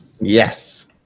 yes